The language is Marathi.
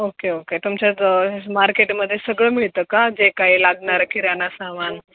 ओके ओके तुमच्या ज मार्केटमध्ये सगळं मिळतं का जे काही लागणार आहे किराणा सामान